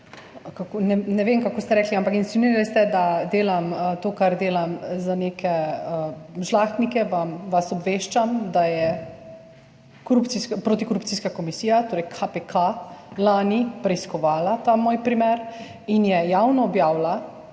ne vem, kako ste rekli, ampak insinuirali ste, da delam to, kar delam, za neke žlahtnike, vas obveščam, da je protikorupcijska komisija, torej KPK, lani preiskovala ta moj primer in je javno objavila,